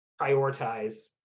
prioritize